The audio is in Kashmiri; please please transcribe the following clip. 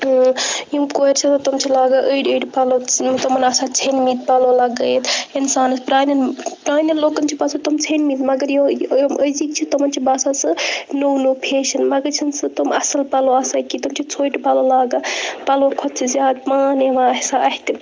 یِم کورِ چھِ آسان تِم چھِ لاگان أڑۍ أڑۍ پَلَو تِمَن آسان ژھیٚنمٕتۍ پَلَو لَگٲیِتھ اِنسانَس پرانٮ۪ن پرانٮ۪ن لُکَن چھِ باسان تِم ژھیٚنمٕتۍ مَگَر یِم أزِکۍ چھِ تِمَن چھُ باسان سُہ نو نو فیشَن مَگَر چھُ نہٕ سُہ تِم اصٕل پَلَو آسان کینٛہہ تِم چھِ ژھوٚٹۍ پلو لاگان پَلوو کھۄتہٕ چھُ زیادٕ پان یِوان اسان اتھِ